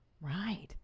Right